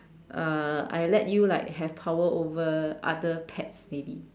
uh I let you like have power over other pets maybe